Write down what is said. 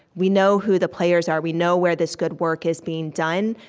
we know who the players are. we know where this good work is being done.